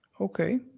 Okay